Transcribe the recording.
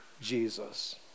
Jesus